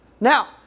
Now